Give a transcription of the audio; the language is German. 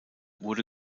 wurde